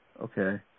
Okay